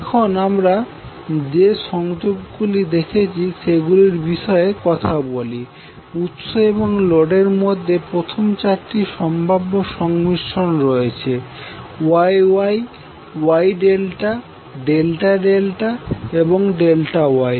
এখন আমরা যে সংযোগগুলি দেখেছি সেগুলির বিষয়ে কথা বলি উৎস এবং লোডের মধ্যে প্রথম চারটি সম্ভাব্য সংমিশ্রণ রয়েছে Y Y Y ∆∆∆ এবং ∆ Y